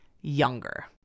Younger